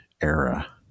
era